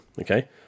okay